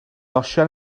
osian